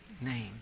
name